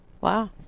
Wow